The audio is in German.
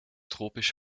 tropisch